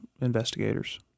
investigators